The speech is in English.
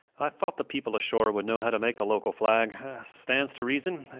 i thought the people ashore would know how to make the local flag. stands to reason.